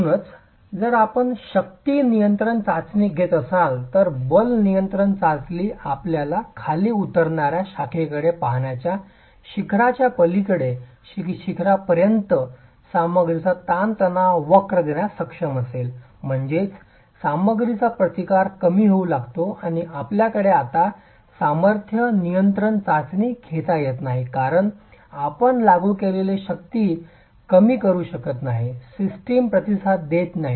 म्हणूनच जर आपण शक्ती नियंत्रण चाचणी घेत असाल तर बल नियंत्रण चाचणी आपल्याला खाली उतरणार्या शाखेकडे पाहण्याच्या शिखराच्या पलिकडे शिखरापर्यंत सामग्रीचा ताण तणाव वक्र देण्यास सक्षम असेल म्हणजेच सामग्रीचा प्रतिकार कमी होऊ लागतो आणि आपल्याकडे आता सामर्थ्य नियंत्रण चाचणी घेता येत नाही कारण आपण लागू केलेली शक्ती कमी करू शकत नाही सिस्टम प्रतिसाद देत नाही